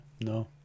no